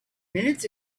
minutes